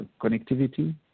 connectivity